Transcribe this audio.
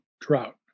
drought